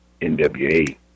NWA